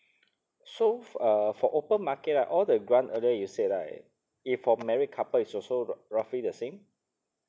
so uh for open market lah all the grant earlier you say like if for married couple is also the roughly the same